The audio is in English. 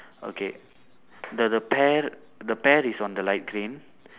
okay the the pear the pear is on the light green